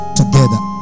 together